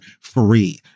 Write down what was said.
free